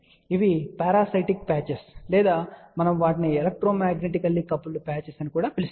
ఇవి parasitic patches లేదా మనము వాటిని ఎలక్ట్రోమాగ్నెటికల్లీ కపుల్డ్ పాచెస్ అని కూడా పిలుస్తాము